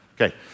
Okay